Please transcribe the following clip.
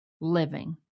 living